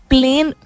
plain